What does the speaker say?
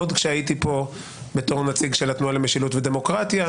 עוד כשהייתי פה בוועדה בתור נציג של התנועה למשילות ודמוקרטיה,